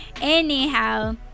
anyhow